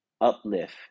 uplift